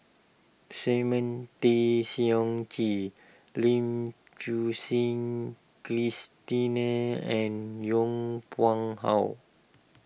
Simon Tay Seong Chee Lim Suchen Christine and Yong Pung How